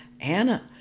Anna